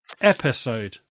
episode